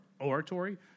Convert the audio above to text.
Oratory